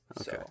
Okay